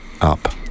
up